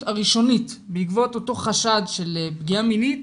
הראשונית בעקבות אותו חשד של פגיעה מינית,